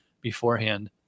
beforehand